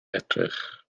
edrych